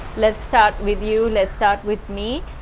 let's start with you let's start with me.